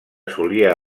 solia